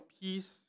peace